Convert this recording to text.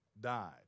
died